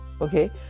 Okay